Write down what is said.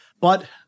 But-